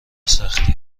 سختی